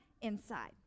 inside